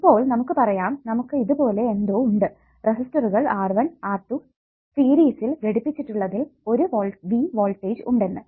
ഇപ്പോൾ നമുക്ക് പറയാം നമുക്ക് ഇതുപോലെ എന്തോ ഉണ്ട് റെസിസ്റ്ററുകൾ R1 R2 സീരിസ്സിൽ ഘടിപ്പിച്ചിട്ടുള്ളതിൽ ഒരു V വോൾട്ടേജ് ഉണ്ടെന്നു